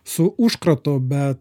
su užkratu bet